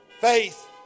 Faith